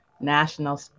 national